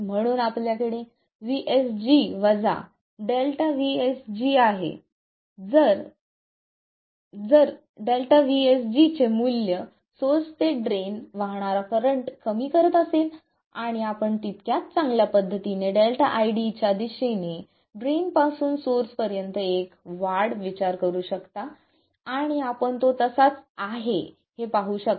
म्हणून आपल्याकडे VSG ΔVSG आहे जर ΔVSG चे मूल्य सोर्स ते ड्रेन वाहणारा करंट कमी करत असेल आणि आपण तितक्याच चांगल्या पद्धतीने याचा ΔID च्या दिशेने ड्रेन पासून सोर्स पर्यंत एक वाढ विचार करू शकता आणि आपण तो तसाच आहे हे पाहू शकता